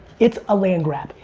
it's a land-wrap.